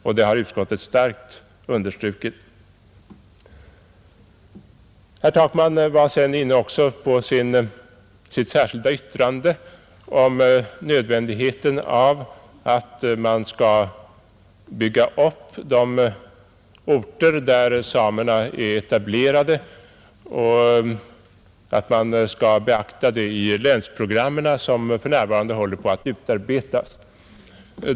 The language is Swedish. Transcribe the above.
Detta har utskottet också starkt understrukit. Sedan kom herr Takman in på sitt särskilda yttrande om nödvändigheten av att bygga upp de orter där samerna är etablerade och att detta bör beaktas i de länsprogram som för närvarande håller på att utarbetas.